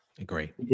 agree